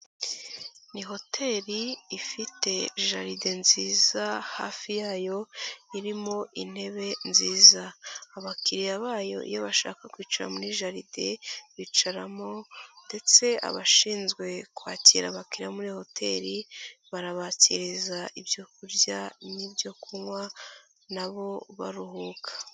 Ni hoteri ifite jaride nziza hafi yayo irimo intebe nziza, abakiriya bayo iyo bashaka kwicara muri jaride bicaramo, ndetse abashinzwe kwakira abakiriya muri iyo hoteri barabakiriza ibyo kurya n'ibyo kunywa nabo baruhuka.